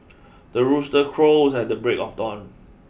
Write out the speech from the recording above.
the rooster crows at the break of dawn